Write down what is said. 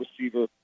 receiver